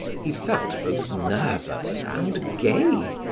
he felt both nervous and gay,